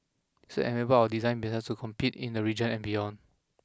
this enable our design businesses to compete in the region and beyond